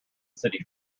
city